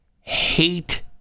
hate